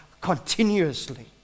continuously